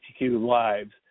lives